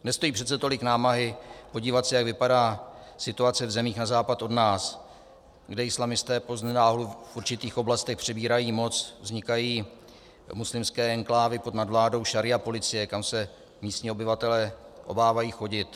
Nestojí přece tolik námahy podívat se, jak vypadá situace v zemích na západ od nás, kde islamisté poznenáhlu v určitých oblastech přebírají moc, vznikají muslimské enklávy pod nadvládou šaría policie, kam se místní obyvatelé obávají chodit.